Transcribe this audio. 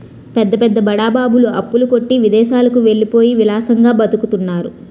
పెద్ద పెద్ద బడా బాబులు అప్పుల కొట్టి విదేశాలకు వెళ్ళిపోయి విలాసంగా బతుకుతున్నారు